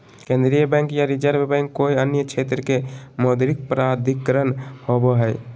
केन्द्रीय बैंक या reserve bank कोय अन्य क्षेत्र के मौद्रिक प्राधिकरण होवो हइ